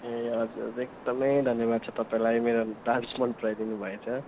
ए हजुर एकदमै धन्यवाद छ तपाईँलाई मेरो डान्स मनपराइदिनु भएछ